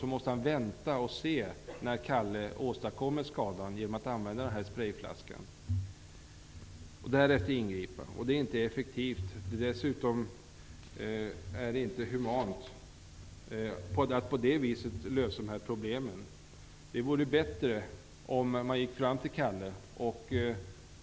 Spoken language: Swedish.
Han måste vänta tills han ser Kalle åstadkomma skadan genom användandet av sprejflaskan. Därefter får han ingripa. Detta är inte effektivt. Det är inte heller humant att på detta sätt lösa problemen. Det vore bättre om polismannen fick gå fram till Kalle.